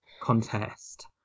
contest